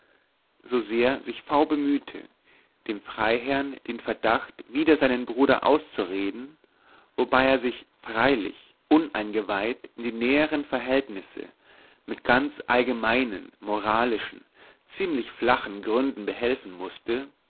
so sehr v sich auch bemühte dem freiherrn den verdacht wider seinen bruder auszureden wobei er sich freilich uneingeweiht in die näheren verhältnisse mit ganz allgemeinen moralischen ziemlich flachen gründen behelfen mußte